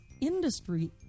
industry